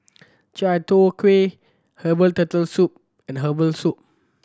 Chai Tow Kuay herbal Turtle Soup and herbal soup